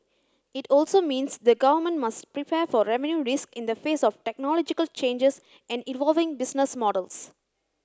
it also means the government must prepare for revenue risk in the face of technological changes and evolving business models